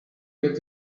get